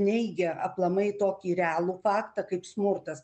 neigia aplamai tokį realų faktą kaip smurtas